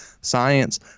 science